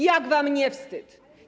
Jak wam nie wstyd?